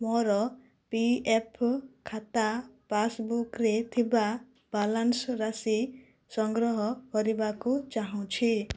ମୋର P F ଖାତା ପାସ୍ବୁକ୍ରେ ଥିବା ବାଲାନ୍ସ ରାଶି ସଂଗ୍ରହ କରିବାକୁ ଚାହୁଁଛି